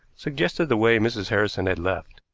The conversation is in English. suggested the way mrs. harrison had left.